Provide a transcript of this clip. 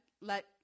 let